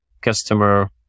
customer